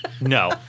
No